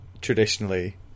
traditionally